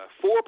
four